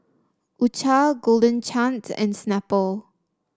U Cha Golden Chance and Snapple